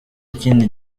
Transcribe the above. ikindi